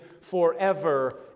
forever